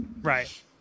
Right